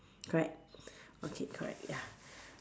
correct okay correct ya